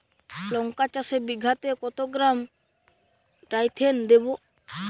লঙ্কা চাষে বিঘাতে কত গ্রাম ডাইথেন দেবো?